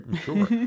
sure